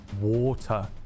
water